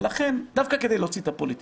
לכן דווקא כדי להוציא את הפוליטיקה,